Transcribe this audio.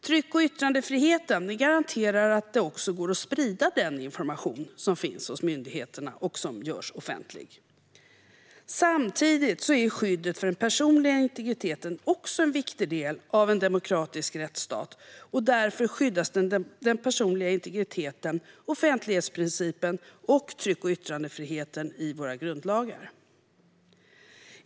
Tryck och yttrandefriheten garanterar också att det går att sprida den information som finns hos myndigheterna och som görs offentlig. Samtidigt är skyddet för den personliga integriteten också en viktig del av en demokratisk rättsstat. Därför skyddas den personliga integriteten, offentlighetsprincipen och tryck och yttrandefriheten i våra grundlagar.